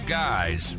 guys